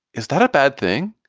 is that a bad thing?